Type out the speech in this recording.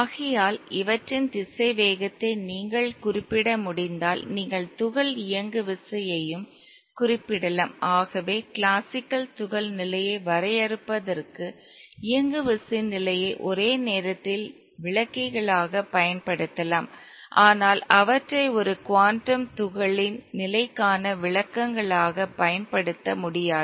ஆகையால் இவற்றின் திசைவேகத்தை நீங்கள் குறிப்பிட முடிந்தால் நீங்கள் துகள் இயங்குவிசையையும் குறிப்பிடலாம் ஆகவே கிளாசிக்கல் துகள் நிலையை வரையறுப்பதற்கு இயங்குவிசையின் நிலையை ஒரே நேரத்தில் விளக்கிகளாகப் பயன்படுத்தலாம் ஆனால் அவற்றை ஒரு குவாண்டம் துகளின் நிலைக்கான விளக்கங்களாகப் பயன்படுத்த முடியாது